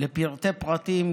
לפרטי פרטים,